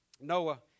Noah